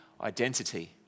identity